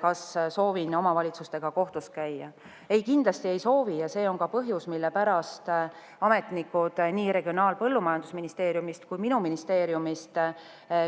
ma soovin omavalitsustega kohtus käia? Ei, kindlasti ei soovi ja see on ka põhjus, mille pärast ametnikud nii Regionaal‑ ja Põllumajandusministeeriumist kui minu ministeeriumist